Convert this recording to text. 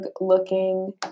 looking